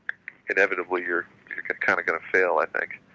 inevitably you're kind of gonna fail, i think.